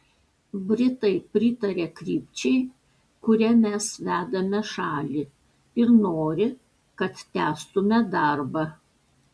britai pritaria krypčiai kuria mes vedame šalį ir nori kad tęstume darbą